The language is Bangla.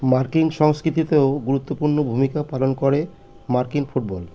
মার্কিন সংকৃতি সংস্কৃতিতেও গুরুত্বপূর্ণ ভূমিকা পালন করে মার্কিন ফুটবল